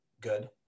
good